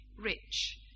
rich